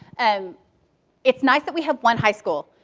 um it's nice that we have one high school,